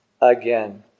again